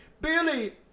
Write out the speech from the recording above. Billy